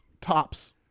tops